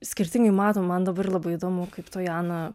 skirtingai matom man dabar labai įdomu kaip tojana